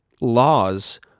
laws